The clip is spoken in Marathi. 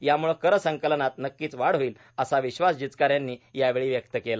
याम्ळे कर संकलनात नक्कीच वाढ होईल असा विश्वास जिचकार यांनी यावेळी व्यक्त केला